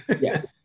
Yes